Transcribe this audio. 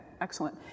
excellent